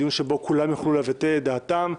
דיון שבו כולם יוכלו לבטא את דעתם.